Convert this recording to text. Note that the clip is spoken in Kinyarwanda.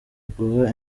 guha